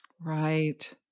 right